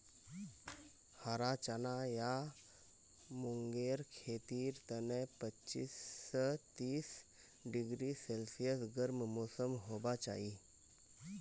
हरा चना या मूंगेर खेतीर तने पच्चीस स तीस डिग्री सेल्सियस गर्म मौसम होबा चाई